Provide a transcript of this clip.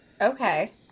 Okay